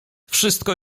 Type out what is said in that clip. wszystko